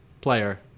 player